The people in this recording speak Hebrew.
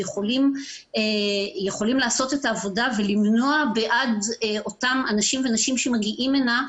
שיכולים לעשות את העבודה ולמנוע בעד אותם אנשים ונשים שמגיעים הנה,